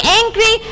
angry